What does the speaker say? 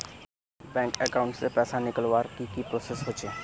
Bank account से पैसा निकालवर की की प्रोसेस होचे?